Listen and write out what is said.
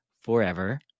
forever